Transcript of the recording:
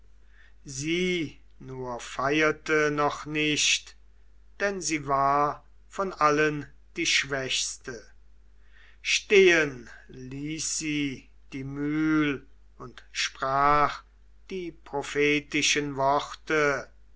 sie nur feirte noch nicht denn sie war von allen die schwächste stehen ließ sie die mühl und sprach die prophetischen worte